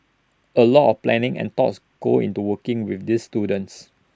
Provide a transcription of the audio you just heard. A lot of planning and thoughts goes into working with these students